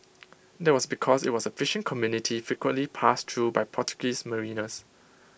that was because IT was A fishing community frequently passed through by Portuguese mariners